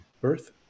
birth